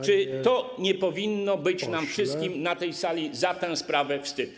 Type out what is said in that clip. Czy nie powinno być nam wszystkim na tej sali za tę sprawę wstyd?